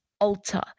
alter